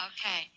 Okay